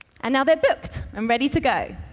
and now they're booked and ready to go.